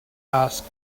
asked